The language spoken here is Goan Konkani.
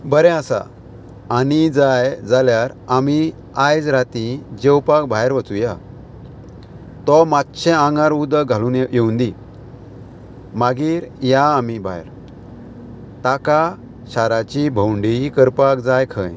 बरें आसा आनी जाय जाल्यार आमी आयज राती जेवपाक भायर वचूया तो मात्शें आंगार उदक घालून येवूं दी मागीर या आमी भायर ताका शाराची भोंवडीय करपाक जाय खंय